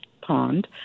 pond